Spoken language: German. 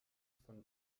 von